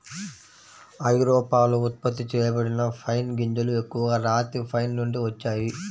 ఐరోపాలో ఉత్పత్తి చేయబడిన పైన్ గింజలు ఎక్కువగా రాతి పైన్ నుండి వచ్చాయి